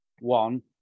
one